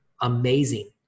amazing